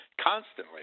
constantly